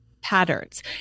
patterns